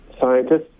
scientists